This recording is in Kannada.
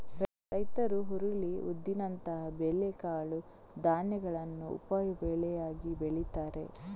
ರೈತರು ಹುರುಳಿ, ಉದ್ದಿನಂತಹ ಬೇಳೆ ಕಾಳು ಧಾನ್ಯಗಳನ್ನ ಉಪ ಬೆಳೆಯಾಗಿ ಬೆಳೀತಾರೆ